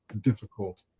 difficult